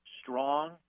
strong